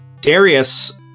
Darius